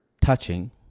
touching